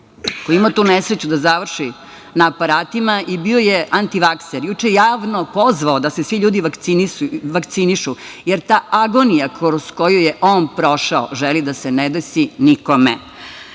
koji je imao tu nesreću da završi na aparatima i bio je antivakser. Juče je javno pozvao da se svi ljudi vakcinišu, jer ta agonija kroz koju je on prošao, želi da se ne desi nikome. Takođe,